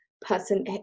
person